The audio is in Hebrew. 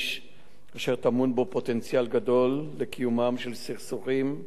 אשר טמון בו פוטנציאל גדול לקיומם של סכסוכים בעלי